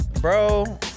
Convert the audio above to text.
bro